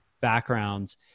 backgrounds